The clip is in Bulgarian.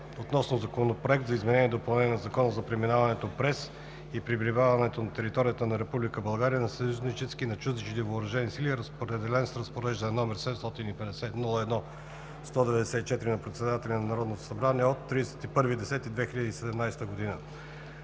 относно Законопроект за изменение и допълнение на Закона за преминаването през и пребиваването на територията на Република България на съюзнически и на чужди въоръжени сили, разпределен с разпореждане № 750-01-194 на председателят на Народното събрание от 31 октомври